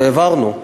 והעברנו.